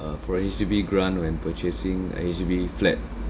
uh for H_D_B grant when purchasing a H_D_B flat